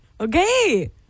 Okay